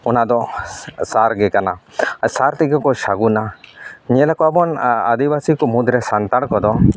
ᱚᱱᱟ ᱫᱚ ᱥᱟᱨᱜᱮ ᱠᱟᱱᱟ ᱥᱟᱨ ᱛᱮᱜᱮ ᱠᱚ ᱥᱟᱹᱜᱩᱱᱟ ᱧᱮᱞ ᱟᱠᱟᱣᱟᱫ ᱵᱚᱱ ᱟᱫᱤᱵᱟᱥᱤ ᱠᱚ ᱢᱩᱫᱨᱮ ᱥᱟᱱᱛᱟᱲ ᱠᱚᱫᱚ